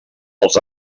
els